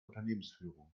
unternehmensführung